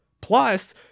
Plus